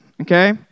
okay